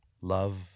love